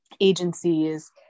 agencies